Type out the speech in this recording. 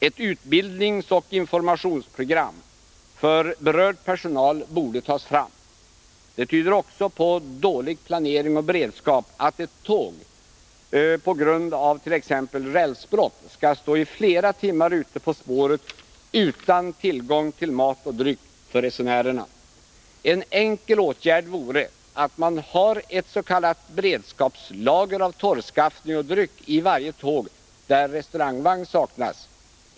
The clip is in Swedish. Ett utbildningsoch informationsprogram för berörd personal borde tas fram. Det tyder också på dålig planering och beredskap att ett tåg på grund avt.ex. rälsbrott skall stå i flera timmar ute på spåret utan tillgång till mat och dryck för resenärerna. En enkel åtgärd vore att man har ett s.k. beredskapslager av torrskaffning och dryck i varje tåg där restaurangvagn saknas.